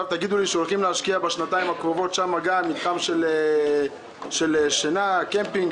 תגידו לי שהולכים להשקיע בשנתיים הקרובות גם שם במתחם של שינה וקמפינג